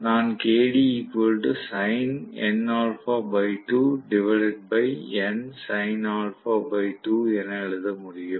நான் என எழுத முடியும்